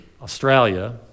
Australia